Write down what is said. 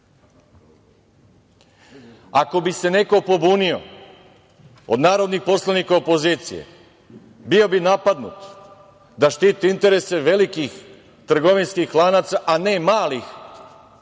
Ako bi se neko pobunio od narodnih poslanika opozicije bio bi napadnut da štiti interese velikih trgovinskih lanaca, a ne malih